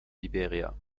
liberia